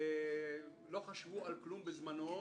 ולא חשבו על כלום בזמנו,